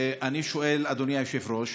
ואני שואל, אדוני היושב-ראש: